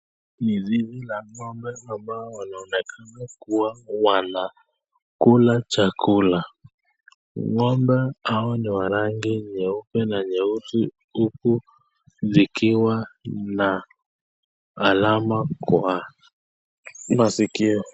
Ni zizi la ngombe ambao wanaonekana kuwa Wanakula chakula, ngombe Hawa ni wa rangi nyeupe na nyeusi huku wakiwa na alama kwa masikio.